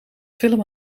film